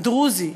הדרוזי,